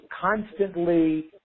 constantly